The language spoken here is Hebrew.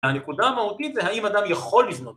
הנקודה המהותית זה האם אדם יכול לבנות